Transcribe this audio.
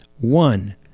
One